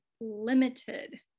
limited